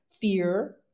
fear